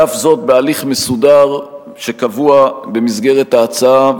ואף זאת בהליך מסודר שקבוע במסגרת ההצעה,